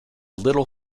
little